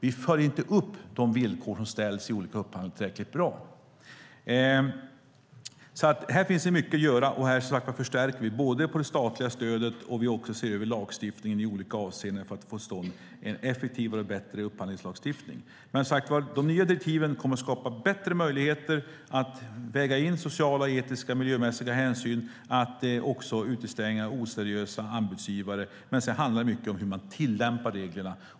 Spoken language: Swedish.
Vi följer inte upp de villkor som ställs i olika upphandlingar tillräckligt bra. Här finns det mycket att göra, och som sagt förstärker vi det statliga stödet och ser över lagstiftningen i olika avseenden för att få till stånd en effektivare och bättre upphandlingslagstiftning. De nya direktiven kommer att skapa bättre möjligheter att väga in sociala, etiska och miljömässiga hänsyn och att utestänga oseriösa anbudsgivare, men sedan handlar det mycket om hur man tillämpar reglerna.